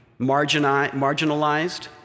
marginalized